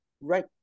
right